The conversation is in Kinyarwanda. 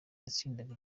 yatsindaga